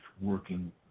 working